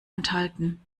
enthalten